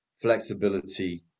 flexibility